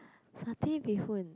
satay bee-hoon